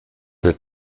der